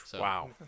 Wow